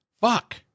Fuck